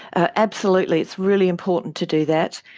ah absolutely, it's really important to do that,